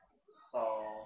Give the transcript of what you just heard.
uh